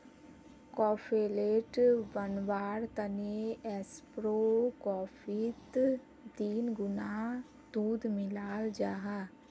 cafe latte बनवार तने ऐस्प्रो कोफ्फीत तीन गुणा दूध मिलाल जाहा